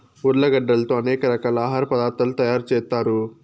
ఉర్లగడ్డలతో అనేక రకాల ఆహార పదార్థాలు తయారు చేత్తారు